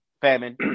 Famine